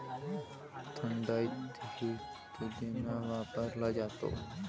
थंडाईतही पुदिना वापरला जातो